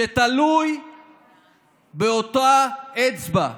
שתלוי באותה אצבע.